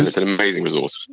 it's an amazing resource.